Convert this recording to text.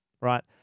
right